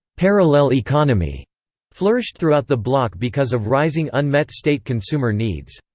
parallel economy flourished throughout the bloc because of rising unmet state consumer needs.